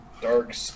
dark